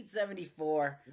1974